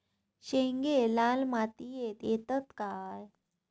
शेंगे लाल मातीयेत येतत काय?